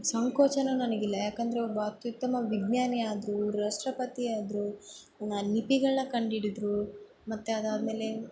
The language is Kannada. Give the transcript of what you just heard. ಸಂಕೋಚನು ನನಗಿಲ್ಲ ಯಾಕಂದರೆ ಒಬ್ಬ ಅತ್ಯುತ್ತಮ ವಿಜ್ಞಾನಿ ಆದ್ರೂ ರಾಷ್ಟ್ರಪತಿ ಆದ್ರೂ ನ ಲಿಪಿಗಳ ಕಂಡಿಡಿದರು ಮತ್ತು ಅದಾದಮೇಲೆ